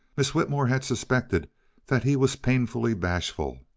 miss whitmore had suspected that he was painfully bashful,